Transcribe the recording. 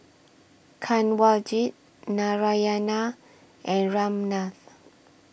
Kanwaljit Narayana and Ramnath